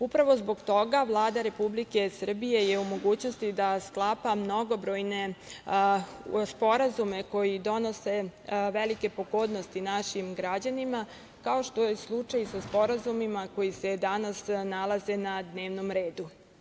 Upravo zbog toga Vlada Republike Srbije je u mogućnosti da sklapa mnogobrojne sporazume koji donose velike pogodnosti našim građanima, kao što je slučaj sa sporazumima koji se danas nalaze na dnevnom redu.